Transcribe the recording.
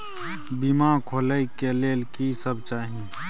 बीमा खोले के लेल की सब चाही?